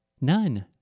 None